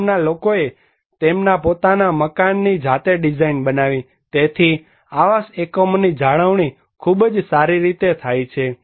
ગામના લોકોએ તેમના પોતાના મકાનોની જાતે ડિઝાઇન બનાવી તેથી આવાસ એકમોની જાળવણી ખૂબ જ સારી રીતે થાય છે